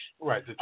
Right